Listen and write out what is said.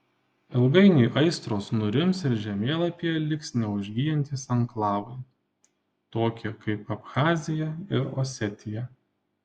ilgainiui aistros nurims ir žemėlapyje liks neužgyjantys anklavai tokie kaip abchazija ir osetija